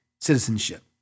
citizenship